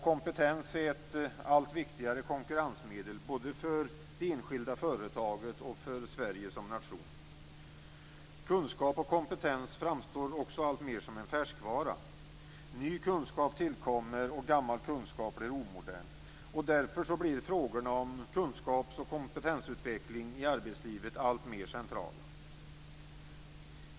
Kompetens blir ett allt viktigare konkurrensmedel både för det enskilda företaget och för Sverige som nation. Kunskap och kompetens framstår alltmer som en färskvara. Ny kunskap tillkommer och gammal kunskap blir omodern. Därför blir frågorna om kunskaps och kompetensutveckling i arbetslivet alltmer centrala.